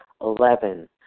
Eleven